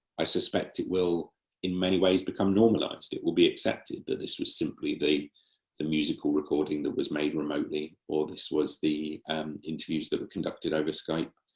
i suspect it will in many ways become normalised, it will be accepted that this was simply the the musical recording that was made remotely, or this was the um interviews that were conducted over skype.